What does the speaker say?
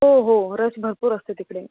हो हो रश भरपूर असते तिकडे